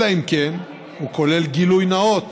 אלא אם כן הוא כולל גילוי נאות